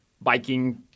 biking